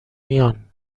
میان